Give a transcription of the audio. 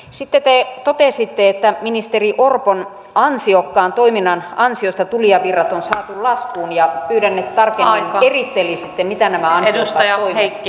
sitten te totesitte että ministeri orpon ansiokkaan toiminnan ansiosta tulijavirrat on saatu laskuun ja pyydän että tarkemmin erittelisitte mitä nämä ansiokkaat toimet ovat olleet